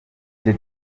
gen